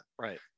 Right